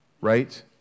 Right